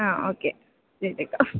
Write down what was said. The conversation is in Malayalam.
ആ ഓക്കെ ശരി ശരി